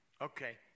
Okay